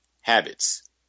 habits